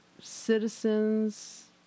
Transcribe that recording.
citizens